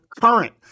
current